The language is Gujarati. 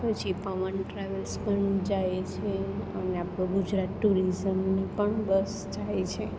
પછી પવન ટ્રાવેલ્સ પણ જાય છે અને આપણું ગુજરાત ટુરિઝમની પણ બસ જાય છે